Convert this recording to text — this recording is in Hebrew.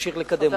ונמשיך לקדם אותם.